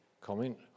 comment